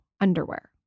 underwear